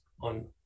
on